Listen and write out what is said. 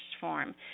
form